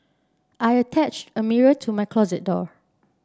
I attached a mirror to my closet door